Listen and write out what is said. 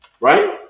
right